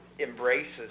Embraces